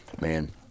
man